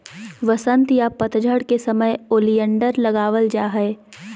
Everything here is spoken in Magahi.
वसंत या पतझड़ के समय ओलियंडर लगावल जा हय